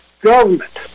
Government